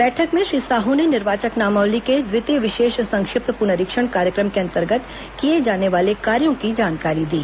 बैठक में श्री साहू ने निर्वाचक नामावली के द्वितीय विशेष संक्षिप्त पुनरीक्षण कार्यक्रम के अंतर्गत किए जाने वाले कार्यों की जानकारी दी